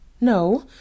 No